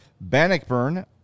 Bannockburn